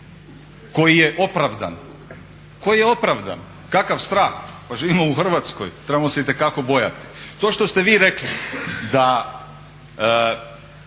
koji je opravdan, koji je opravdan. Kakav strah? Pa živimo u Hrvatskoj, trebamo se itekako bojati. To što ste vi rekli da